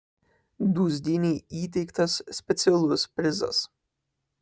dūzgynei įteiktas specialus prizas